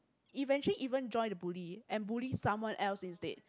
eventually even join the bully and bully someone else instead